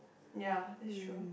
ya that's true